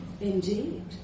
Indeed